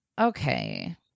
okay